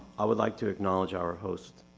i would like to acknowledge our host,